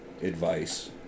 advice